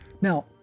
Now